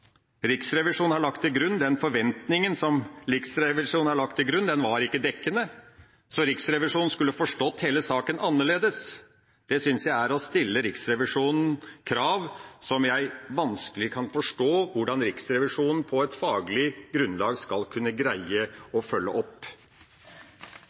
Riksrevisjonen har lagt til grunn, ikke var dekkende, og at Riksrevisjonen skulle forstått hele saken annerledes, er å stille krav til Riksrevisjonen som jeg vanskelig kan forstå hvordan den på et faglig grunnlag skal kunne greie